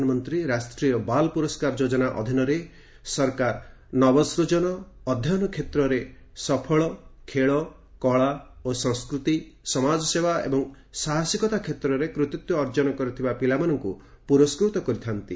ପ୍ରଧାନମନ୍ତ୍ରୀ ରାଷ୍ଟ୍ରୀୟ ବାଲ୍ ପୁରସ୍କାର ଯୋଜନା ଅଧୀନରେ ସରକାର ନବସୂଜନ ଅଧ୍ୟୟନ କ୍ଷେତ୍ରରେ ସଫଳ ଖେଳ କଳା ଓ ସଂସ୍କୃତି ସମାଜସେବା ଏବଂ ସାହସିକତା କ୍ଷେତ୍ରରେ କୃତିତ୍ୱ ଅର୍ଜନ କରିଥିବା ପିଲାମାନଙ୍କୁ ପୁରସ୍କୃତ କରିଥା'ନ୍ତି